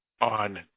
on